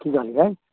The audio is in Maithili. कि कहलिए